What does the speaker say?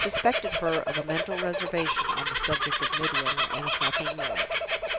he suspected her of a mental reservation on the subject of midwinter and of nothing more.